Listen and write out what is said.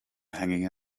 hanging